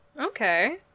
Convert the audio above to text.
Okay